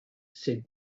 said